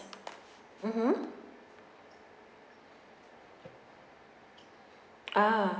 mmhmm ah